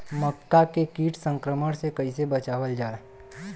मक्का के कीट संक्रमण से कइसे बचावल जा?